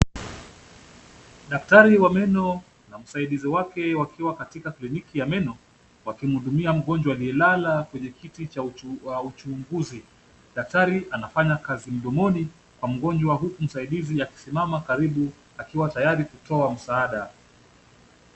Daktari wa meno na msaidizi wake wakiwa katika kliniki ya meno, wakimhudumia mgonjwa aliyelala kwenye kiti cha uchunguzi. Daktari anafanya kazi mdomoni mwa mgonjwa huku msaidizi akisimama karibu akiwa tayari kutoa msaada.